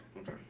Okay